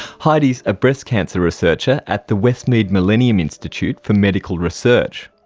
heidi's a breast cancer researcher at the westmead millennium institute for medical research.